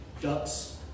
ducks